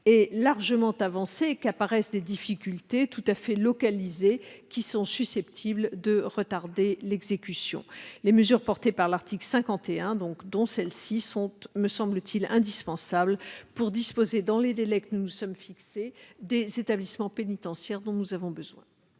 est largement avancée et qu'apparaissent des difficultés tout à fait localisées susceptibles de retarder l'exécution. Les mesures contenues dans l'article 51, dont celle-ci, sont à mes yeux indispensables pour que nous puissions disposer, dans les délais que nous nous sommes fixés, des établissements pénitentiaires dont nous avons besoin.